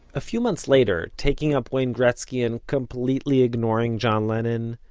a few months later, taking up wayne gretzky and completely ignoring john lennon,